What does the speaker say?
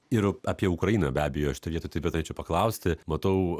ir apie ukrainą be abejo šitoj vietoj taip pat norėčiau paklausti matau